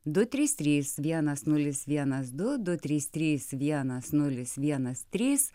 du trys trys vienas nulis vienas du du trys trys vienas nulis vienas trys